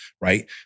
right